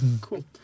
Cool